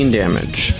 damage